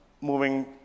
moving